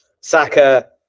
saka